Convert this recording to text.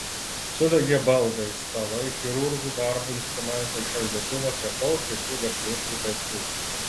sudegė baldai stalai chirurgų darbo instrumentai šaldytuvas ir daug kitų vertingų daiktų